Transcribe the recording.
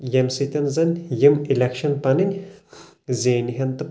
ییٚمہِ سۭتۍ زن یِم الٮ۪کشن پنٕنۍ زینہٕ ہان تہٕ